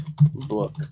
book